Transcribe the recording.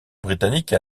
britanniques